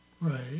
Right